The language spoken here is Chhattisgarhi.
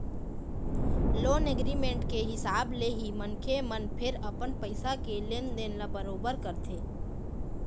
लोन एग्रीमेंट के हिसाब ले ही मनखे मन फेर अपन पइसा के लेन देन ल बरोबर करथे